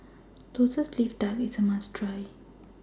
Lotus Leaf Duck IS A must Try